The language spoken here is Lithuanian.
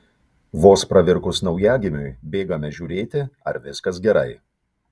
vos pravirkus naujagimiui bėgame žiūrėti ar viskas gerai